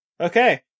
Okay